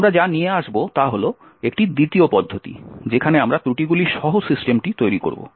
আমরা যা নিয়ে আসব তা হল একটি দ্বিতীয় পদ্ধতি যেখানে আমরা ত্রুটিগুলি সহ সিস্টেম তৈরি করব